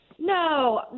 No